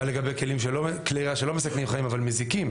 מה לגבי כלי ירייה שלא מסכנים חיים אבל מזיקים?